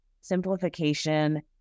simplification